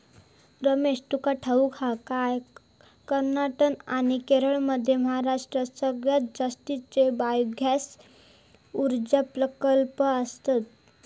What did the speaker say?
रमेश, तुका ठाऊक हा काय, कर्नाटक आणि केरळमध्ये महाराष्ट्रात सगळ्यात जास्तीचे बायोगॅस ऊर्जा प्रकल्प आसत